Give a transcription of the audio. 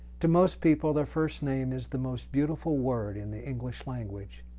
to most people the first name is the most beautiful word in the english language.